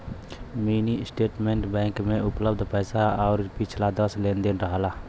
mini statement bank में उपलब्ध पैसा आउर पिछला दस लेन देन रहेला